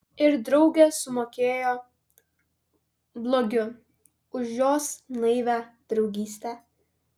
ir draugė sumokėjo blogiu už jos naivią draugystę